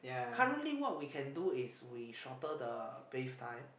currently what we can do is shorter the bath time